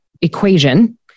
equation